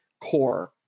core